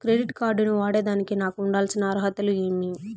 Credit card ను వాడేదానికి నాకు ఉండాల్సిన అర్హతలు ఏమి?